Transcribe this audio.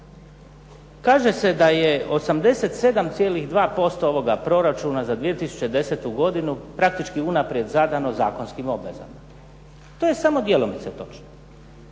kaže se 87,2% ovoga proračuna za 2010. godinu praktički unaprijed zadano zakonskim obvezama. To je samo djelomice točno.